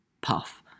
puff